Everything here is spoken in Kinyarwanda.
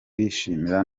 bishimira